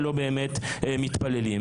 ולא באמת מתפללים.